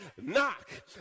knock